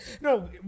No